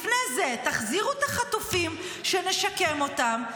לפני זה, תחזירו את החטופים, שנשקם אותם.